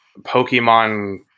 Pokemon